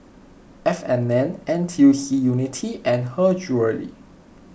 F and N N T U C Unity and Her Jewellery